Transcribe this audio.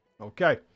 Okay